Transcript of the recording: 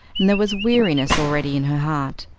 and there was weariness already in her heart.